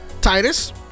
Titus